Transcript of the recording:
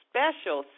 special